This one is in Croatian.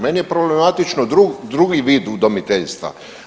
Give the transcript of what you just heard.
Meni je problematično drugi vid udomiteljstva.